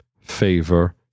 favor